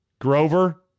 Grover